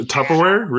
Tupperware